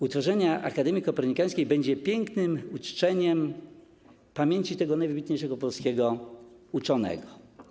Utworzenie Akademii Kopernikańskiej będzie pięknym uczczeniem pamięci tego najwybitniejszego polskiego uczonego.